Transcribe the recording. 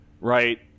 right